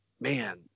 man